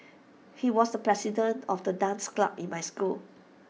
he was the president of the dance club in my school